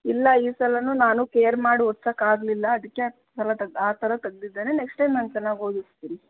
ಇಲ್ಲ ಈ ಸಲವೂ ನಾನು ಕೇರ್ ಮಾಡಿ ಓದ್ಸೋಕ್ಕೆ ಆಗಲಿಲ್ಲ ಅದಕ್ಕೆ ಆ ತಲ ಆ ಥರ ತೆಗೆದಿದ್ದಾನೆ ನೆಕ್ಸ್ಟ್ ಟೈಮ್ ನಾನು ಚೆನ್ನಾಗಿ ಓದಿಸ್ತೀನಿ